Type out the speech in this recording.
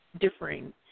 differing